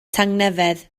tangnefedd